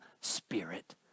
spirit